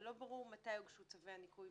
ולא ברור מתי הוגשו צווי הניקוי,